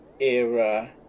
era